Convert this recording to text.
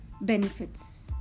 benefits